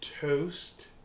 toast